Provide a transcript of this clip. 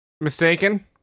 Mistaken